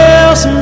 else